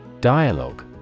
Dialogue